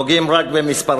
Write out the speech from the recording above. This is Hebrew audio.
מספרים, נוגעים רק במספרים,